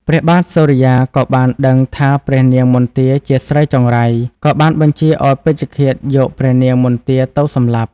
ព្រះបាទសូរិយាក៏បានដឹងថាព្រះនាងមន្ទាជាស្រីចង្រៃ ក៏បានបញ្ជាឱ្យពេជ្ឈឃាតយកព្រះនាងមន្ទាទៅសម្លាប់។